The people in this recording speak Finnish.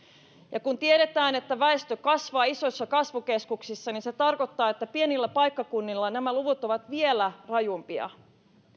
ja kun tiedetään että väestö kasvaa isoissa kasvukeskuksissa niin se tarkoittaa että pienillä paikkakunnilla nämä luvut ovat vielä rajumpia